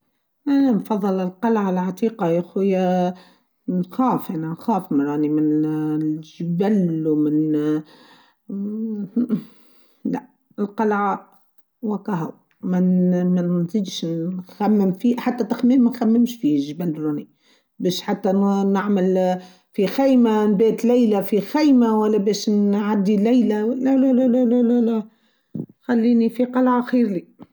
أنا نفظل القلعه العتيقه يا أخويا نخاف انا نخاف يعني من الجبال و من اااا لا القلعه واكاهاو ما نزيتش نخمم فيه حتى التخميم ما نخممش في الجبال الروني بش حتى نعمل في خيمه نبات ليله في خيمه و انا باش نعدي ليله لا لا لا لا لا خليني في قلعه خير لي.